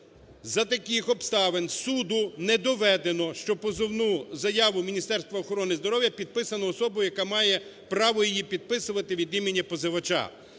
За таких обставин суду не доведено, що позовну заяву Міністерства охорони здоров'я підписано особою, яка має право її підписувати від імені позивача.